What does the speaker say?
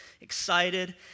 excited